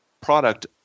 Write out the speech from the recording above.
product